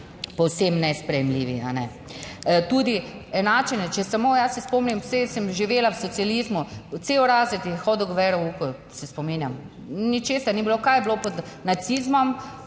povsem nesprejemljivi. Tudi enačenje, če samo jaz se spomnim, saj sem živela v socializmu, cel razred je hodil k verouku, se spominjam, ničesar ni bilo. Kaj je bilo pod nacizmom?